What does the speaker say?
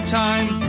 time